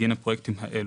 בגין הפרויקטים האלה.